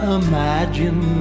imagine